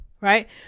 Right